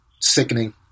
sickening